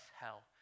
hell